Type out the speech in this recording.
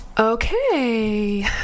Okay